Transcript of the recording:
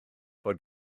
fod